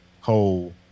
whole